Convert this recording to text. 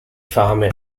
fame